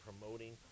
promoting